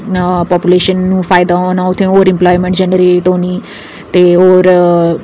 फायदा होना उत्थै होर पापूलेशन जनरेट होनी ते होर